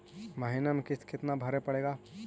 महीने में किस्त कितना भरें पड़ेगा?